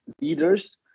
leaders